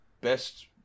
best